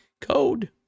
code